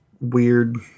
weird